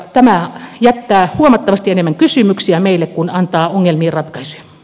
tämä jättää huomattavasti enemmän kysymyksiä meille kuin antaa ongelmiin ratkaisuja